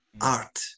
art